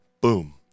boom